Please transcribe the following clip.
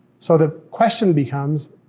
so the question becomes,